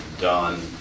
done